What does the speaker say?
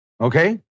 Okay